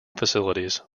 facilities